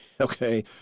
Okay